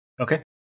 Okay